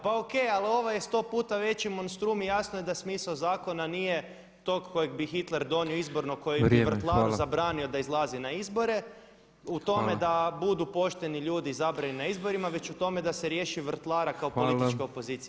Pa o.k. ali ovo je sto puta već monstrum i jasno je da smisao zakona nije tog kojeg bi Hitler donio izbornog [[Upadica: Vrijeme.]] koji bi vrtlaru zabranio da izlazi na izbore u tome [[Upadica: Hvala.]] u tome da budu pošteni ljudi izabrani na izborima već u tome da se riješi vrtlara kao političke opozicije.